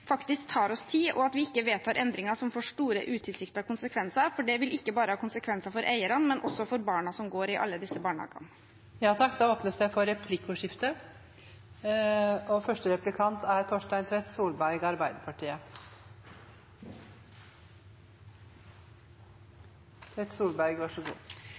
faktisk tar oss tid, og at vi ikke vedtar endringer som får store utilsiktede konsekvenser, for det vil ikke bare ha konsekvenser for eierne, men også for barna som går i alle disse barnehagene. Det blir replikkordskifte. Jeg kan berolige statsråden med at en ikke er